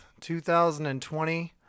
2020